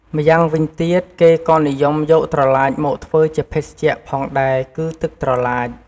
ម្យ៉ាងវិញទៀត គេក៏និយមយកត្រឡាចមកធ្វើជាភេសជ្ជៈផងដែរ គឺទឹកត្រឡាច។